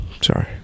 Sorry